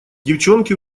девчонки